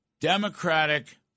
Democratic